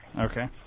okay